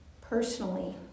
personally